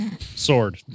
sword